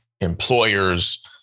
employers